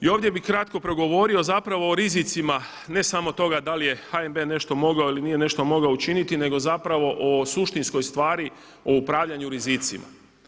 I ovdje bih kratko progovorio zapravo o rizicima ne samo toga da li je HNB nešto mogao ili nije nešto mogao učiniti, nego zapravo o suštinskoj stvari o upravljanju rizicima.